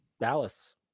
Dallas